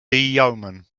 yeoman